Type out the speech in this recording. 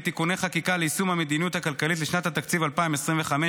(תיקוני חקיקה ליישום המדיניות הכלכלית לשנת התקציב 2025),